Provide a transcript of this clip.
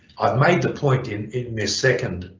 i've made the point in this second